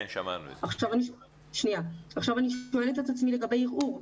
אני שואלת את עצמי לגבי הערעור.